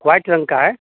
white रंग का है